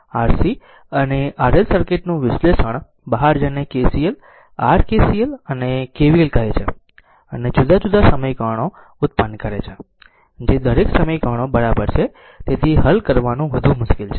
RC અને RL circuit નું વિશ્લેષણ બહાર જેને KCL R KCL અને KVL કહે છે અને જુદા જુદા સમીકરણો ઉત્પન્ન કરે છે જે દરેક સમીકરણો બરાબર છે તેથી હલ કરવાનું વધુ મુશ્કેલ છે